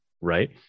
right